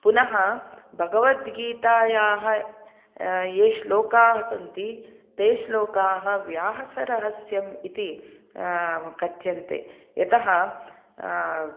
पुनः भगवद्गीतायाः ये श्लोकाः सन्ति ते श्लोकाः व्यासरहस्यम् इति कथ्यन्ते यतः